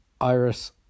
Iris